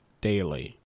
daily